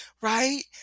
right